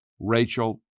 Rachel